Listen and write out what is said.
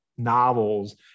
novels